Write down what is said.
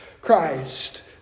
Christ